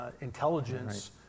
intelligence